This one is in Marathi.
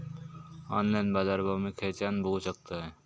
ऑनलाइन बाजारभाव मी खेच्यान बघू शकतय?